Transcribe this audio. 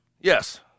Yes